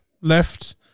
left